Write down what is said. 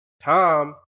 Tom